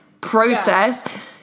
process